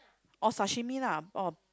or sashimi lah or